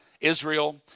Israel